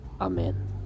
Amen